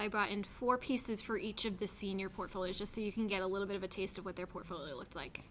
in four pieces for each of the senior portfolios just so you can get a little bit of a taste of what their portfolio looked like